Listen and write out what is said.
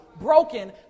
Broken